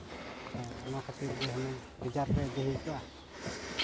ᱟᱫᱚ ᱚᱱᱟ ᱠᱷᱟᱹᱛᱤᱨ ᱜᱮ ᱦᱩᱱᱟᱹᱝ ᱨᱤᱡᱟᱵᱷ ᱨᱮ ᱤᱫᱤ ᱦᱩᱭ ᱠᱚᱜᱼᱟ